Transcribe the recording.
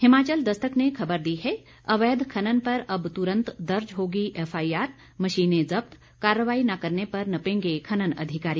हिमाचल दस्तक ने खबर दी है अवैध खनन पर अब तुरंत दर्ज होगी एफआईआर मशीनें जब्त कार्रवाई न करने पर नपेंगे खनन अधिकारी